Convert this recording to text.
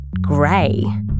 gray